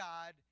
God